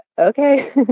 Okay